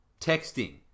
texting